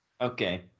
Okay